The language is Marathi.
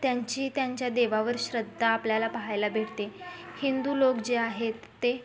त्यांची त्यांच्या देवावर श्रद्धा आपल्याला पाहायला भेटते हिंदू लोक जे आहेत ते